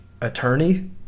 attorney